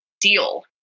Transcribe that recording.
deal